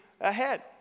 ahead